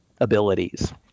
abilities